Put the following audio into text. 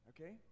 Okay